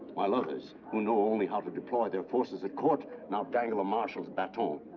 while others, who know only how to deploy their forces at court, now dangle a marshal's baton.